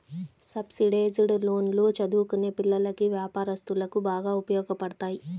subsidised లోన్లు చదువుకునే పిల్లలకి, వ్యాపారస్తులకు బాగా ఉపయోగపడతాయి